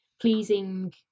pleasing